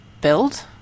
build